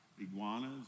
Iguanas